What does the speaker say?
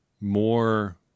more